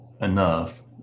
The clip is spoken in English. enough